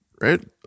Right